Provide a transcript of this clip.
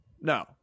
no